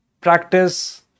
practice